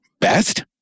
best